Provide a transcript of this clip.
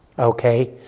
okay